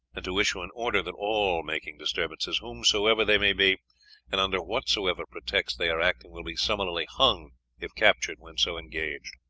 and to issue an order that all making disturbances, whomsoever they may be and under whatsoever pretext they are acting, will be summarily hung if captured when so engaged.